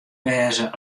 wêze